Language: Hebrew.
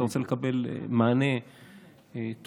אתה רוצה לקבל מענה טוב.